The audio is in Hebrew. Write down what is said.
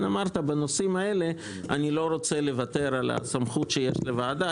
אמרת: בנושאים האלה אני לא רוצה לוותר על הסמכות שיש לוועדה.